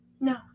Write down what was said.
No